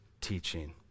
teaching